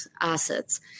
assets